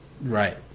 Right